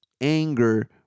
anger